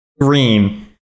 Green